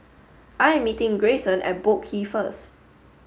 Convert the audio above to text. I am meeting Greyson at Boat Quay first